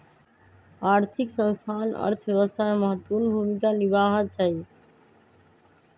आर्थिक संस्थान अर्थव्यवस्था में महत्वपूर्ण भूमिका निमाहबइ छइ